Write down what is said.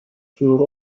through